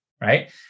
right